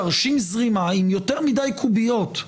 תרשים זרימה עם יותר מדי קוביות.